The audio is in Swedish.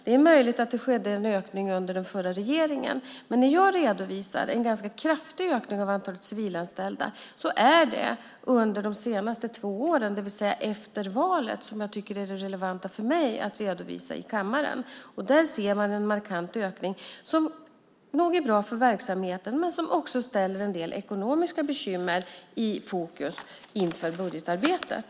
Det är möjligt att det skedde en ökning under den förra regeringen, men när jag redovisar en ganska kraftig ökning av antalet civilanställda gäller det under de senaste två åren, det vill säga efter valet. Det är det relevanta för mig att redovisa i kammaren. Där ser man en markant ökning, som nog är bra för verksamheten men som också ställer en del ekonomiska bekymmer i fokus inför budgetarbetet.